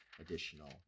additional